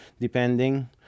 depending